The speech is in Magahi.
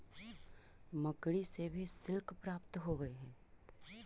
मकड़ि से भी सिल्क प्राप्त होवऽ हई